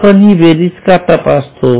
आपण ही बेरीज का तपासतो